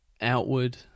outward